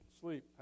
sleep